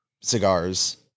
cigars